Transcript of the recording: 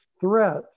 threat